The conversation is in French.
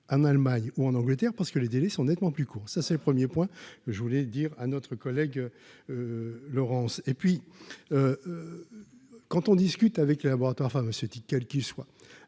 en Allemagne ou en Angleterre, parce que les délais sont nettement plus court, ça c'est le 1er point, je voulais dire à notre collègue Laurence et puis quand on discute avec les laboratoires pharmaceutiques, quel qu'il soit